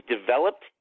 developed